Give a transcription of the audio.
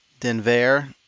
denver